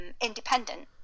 independent